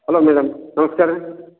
hello madam ನಮ್ಸ್ಕಾರ ರೀ